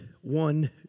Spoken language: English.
one